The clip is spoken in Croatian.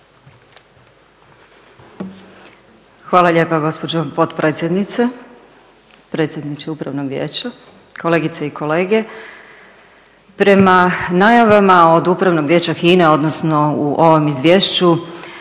Hvala lijepa gospođo potpredsjednice, predsjedniče Upravnog vijeća, kolegice i kolege. Prema najavama od Upravnog vijeća HINA-e odnosno u ovom izvješću